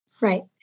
Right